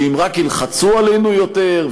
שאם רק ילחצו עלינו יותר,